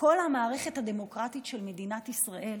כל המערכת הדמוקרטית של מדינת ישראל,